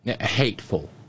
Hateful